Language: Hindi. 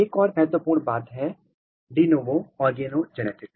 एक और बहुत महत्वपूर्ण बात है डे नोवो ऑर्गोजेनेसिस